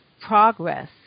progress